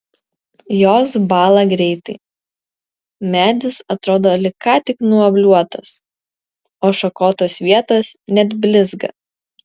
jos bąla greitai medis atrodo lyg ką tik nuobliuotas o šakotos vietos net blizga